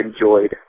enjoyed